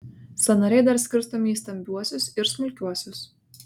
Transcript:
sąnariai dar skirstomi į stambiuosius ir smulkiuosius